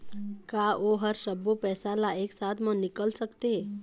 का ओ हर सब्बो पैसा ला एक साथ म निकल सकथे?